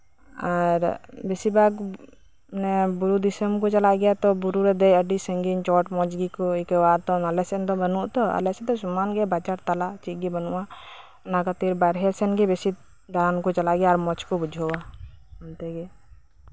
ᱟᱨ ᱵᱤᱥᱤᱨ ᱵᱷᱟᱜᱽ ᱵᱩᱨᱩ ᱫᱤᱥᱚᱢ ᱠᱚ ᱪᱟᱞᱟᱜ ᱜᱮᱭᱟ ᱛᱚ ᱵᱩᱨᱩ ᱨᱮ ᱫᱮᱡ ᱟᱹᱰᱤ ᱥᱟᱺᱜᱤᱧ ᱪᱚᱴ ᱚᱸᱡ ᱜᱮᱠᱚ ᱟᱹᱭᱠᱟᱹᱣᱟ ᱛᱚ ᱟᱞᱮ ᱥᱮᱱ ᱫᱚ ᱵᱟᱱᱩᱜᱼᱟ ᱛᱚ ᱟᱞᱮ ᱥᱮᱱ ᱫᱚ ᱥᱚᱢᱟᱱ ᱜᱮᱭᱟ ᱵᱟᱡᱟᱨ ᱛᱟᱞᱟ ᱪᱮᱫ ᱜᱚᱮ ᱵᱟᱱᱩᱜᱼᱟ ᱚᱱᱟᱛᱮ ᱵᱟᱨᱦᱮ ᱥᱮᱱ ᱜᱚ ᱫᱟᱬᱟᱱ ᱠᱚ ᱪᱟᱞᱟᱜ ᱜᱮᱭᱟ ᱟᱨ ᱢᱚᱸᱡ ᱠᱚ ᱵᱩᱡᱷᱟᱹᱣᱟ